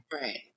Right